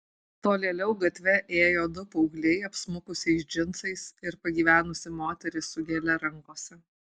tolėliau gatve ėjo du paaugliai apsmukusiais džinsais ir pagyvenusi moteris su gėle rankose